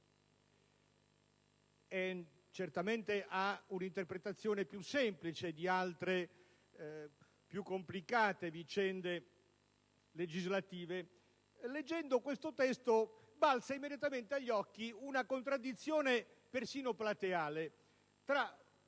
e certamente ha un'interpretazione più semplice di altre più complicate vicende legislative), leggendo questo testo balza immediatamente agli occhi una contraddizione persino plateale tra